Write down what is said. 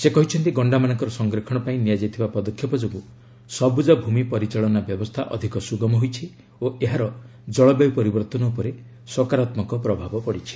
ସେହ କହିଛନ୍ତି ଗଣ୍ଡାମାନଙ୍କର ସଂରକ୍ଷଣ ପାଇଁ ନିଆଯାଇଥିବା ପଦକ୍ଷେପ ଯୋଗୁଁ ସବୁଜଭୂମି ପରିଚାଳନା ବ୍ୟବସ୍ଥା ଅଧିକ ସୁଗମ ହୋଇଛି ଓ ଏହାର ଜଳବାୟୁ ପରିବର୍ତ୍ତନ ଉପରେ ସକାରାତ୍ମକ ପ୍ରଭାବ ପଡୁଛି